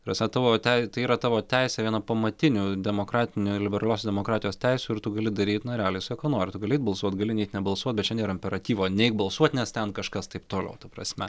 ta prasme tavo tei tai yra tavo teisė viena pamatinių demokratinių liberaliosios demokratijos teisių ir tu gali daryt na realiai su ja ką nori tu gali eit balsuot gali neit nebalsuot bet čia nėra imperatyvo neik balsuot nes ten kažkas taip toliau ta prasme